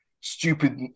stupid